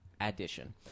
addition